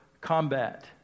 combat